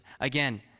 Again